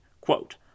quote